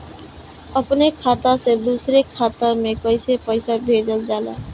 अपने खाता से दूसरे के खाता में कईसे पैसा भेजल जाला?